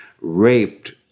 raped